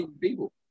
people